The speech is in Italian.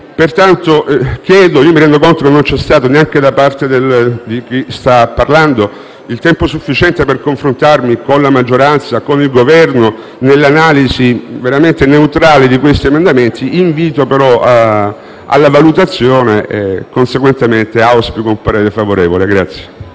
primo comma. Mi rendo conto che non c'è stato, neanche da parte di chi sta parlando, il tempo sufficiente per un confronto con la maggioranza e con il Governo e per un'analisi neutrale di questi emendamenti. Invito però alla loro valutazione e, conseguentemente, auspico un parere favorevole.